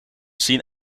zien